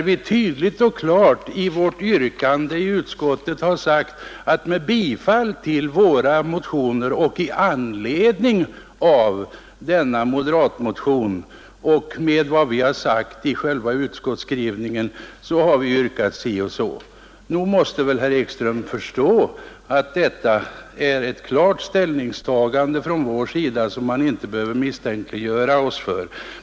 Vi har i vårt yrkande i utskottet tydligt och klart sagt att vi, med bifall till våra motioner och i anledning av denna moderatmotion och med vad vi har anfört i själva utskottsskrivningen, yrkat si och så. Nog måste väl herr Ekström förstå att detta är ett klart ställningstagande, som han inte behöver misstänkliggöra oss för!